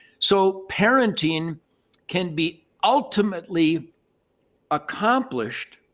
so parenting can be ultimately accomplished